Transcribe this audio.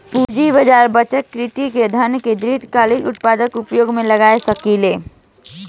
पूंजी बाजार बचतकर्ता के धन के दीर्घकालिक उत्पादक उपयोग में लगा सकेलन